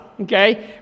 okay